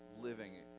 living